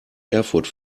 erfurt